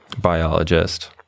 biologist